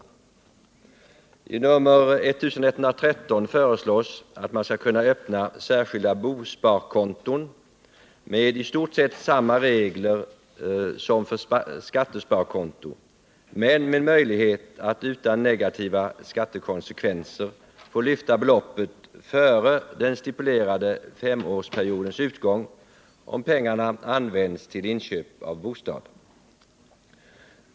I motionen 1113 föreslås att man skall kunna öppna särskilda bosparkonton med i stort sett samma regler som för skattesparkonton, men med möjlighet att utan negativa skattekonsekvenser lyfta beloppet före den stipulerade femårsperiodens utgång om pengarna används till inköp av bostad.